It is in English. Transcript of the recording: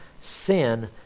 sin